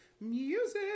Music